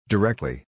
Directly